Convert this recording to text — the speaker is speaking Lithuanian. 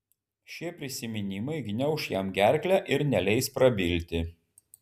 šie prisiminimai gniauš jam gerklę ir neleis prabilti